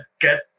get